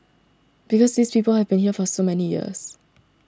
because these people have been here for so many years